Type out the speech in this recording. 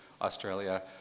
Australia